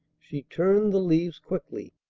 she turned the leaves quickly.